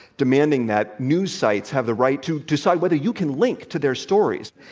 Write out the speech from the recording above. demanding that news sites have the right to decide whether you can link to their stories